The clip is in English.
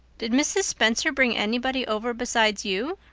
did mrs. spencer bring anybody over besides you?